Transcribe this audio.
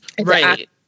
right